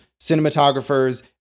cinematographers